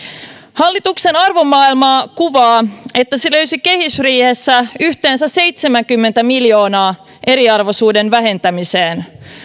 hallituksen arvomaailmaa kuvaa että se löysi kehysriihessä yhteensä seitsemänkymmentä miljoonaa eriarvoisuuden vähentämiseen